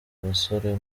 basore